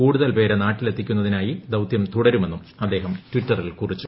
കൂടുതൽ പേരെ നാട്ടിലെത്തിക്കുന്നതിനായി ദൌതൃം തുടരുമെന്നും അദ്ദേഹം ടിറ്ററിൽ കുറിച്ചു